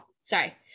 Sorry